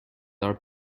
are